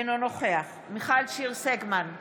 אינו נוכח מיכל שיר סגמן,